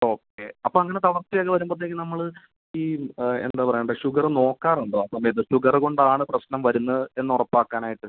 okay അപ്പോൾ അങ്ങനെ തളർച്ച ഒക്കെ വരുമ്പോഴത്തേക്കും നമ്മൾ ഈ എന്താ പറയണ്ടെ ഷുഗറ് നോക്കാറുണ്ടോ അപ്പം ഇത് ഷുഗറ് കൊണ്ടാണ് പ്രശ്നം വരുന്നത് എന്ന് ഉറപ്പാക്കാനായിട്ട്